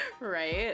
right